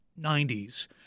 90s